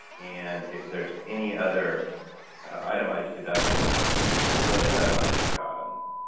and if there's any other itemized deductions, which miscellaneous itemized are gone,